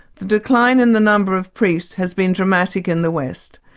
the decline in the number of priests has been dramatic in the west.